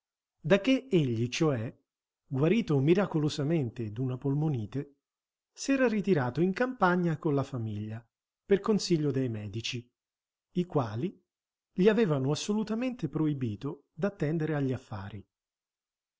da che egli cioè guarito miracolosamente d'una polmonite s'era ritirato in campagna con la famiglia per consiglio dei medici i quali gli avevano assolutamente proibito d'attendere agli affari